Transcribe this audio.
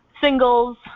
singles